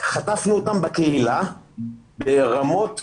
חטפנו אותם בקהילה ברמות מטורפות.